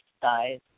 size